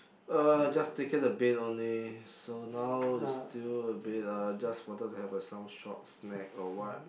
uh just taken a bit only so now is still a bit uh just wanted to have a some short snack or what